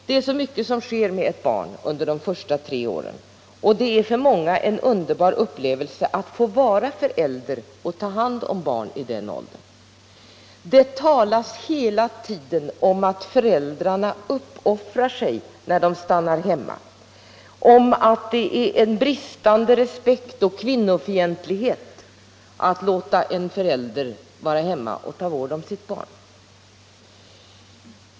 Det är så mycket som sker med ett barn under de första tre åren, och det är för många en underbar upplevelse att få vara förälder och ta hand om barn i den åldern. Det talas hela tiden om att föräldrarna uppoffrar sig när de stannar hemma och om att det är en bristande respekt för och en fientlighet mot kvinnan att låta henne vara hemma och ta vård om sitt barn.